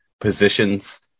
positions